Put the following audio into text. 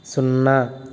సున్నా